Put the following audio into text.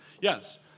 yes